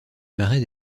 marais